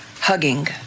hugging